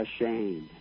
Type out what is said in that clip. ashamed